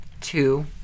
two